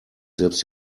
selbst